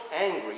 angry